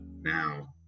now